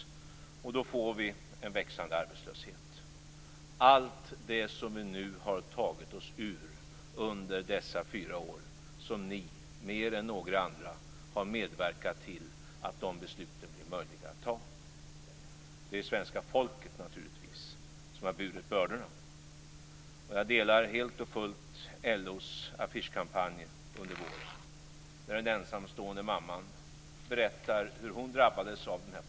Det är naturligtvis svenska folket som har burit bördorna. Jag delar helt och fullt LO:s affischkampanj under våren. Där berättar en ensamstående mamma hur hon drabbades av politiken.